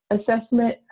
assessment